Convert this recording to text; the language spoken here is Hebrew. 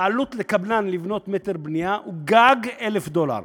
העלות של בניית מ"ר לקבלן היא גג 1,000 דולר,